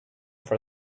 for